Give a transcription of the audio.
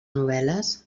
novel·les